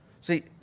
See